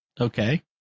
Okay